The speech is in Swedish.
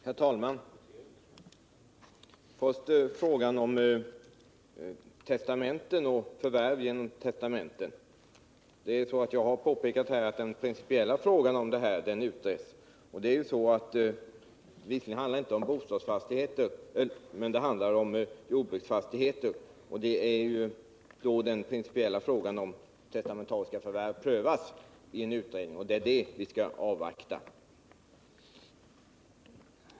Herr talman! Jag skall börja med frågan om förvärv genom testamente. Jag har påpekat att den principiella frågan utreds. Visserligen handlar det inte om bostadsfastigheter, det handlar om jordbruksfastigheter. Den principiella frågan om testamentariskt förvärv prövas alltså av en utredning. Och det är resultatet av den som vi skall avvakta.